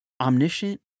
omniscient